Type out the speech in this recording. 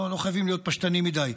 לא חייבים להיות פשטניים מדי.